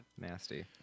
nasty